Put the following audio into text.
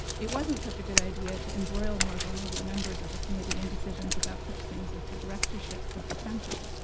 it wasn't such a good idea to embroil more vulnerable members of the committee in decisions about such things as the directorship of the center.